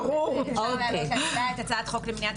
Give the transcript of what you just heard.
אפשר להעלות להצבעה את הצעת החוק למניעת